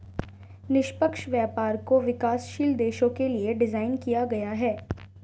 निष्पक्ष व्यापार को विकासशील देशों के लिये डिजाइन किया गया है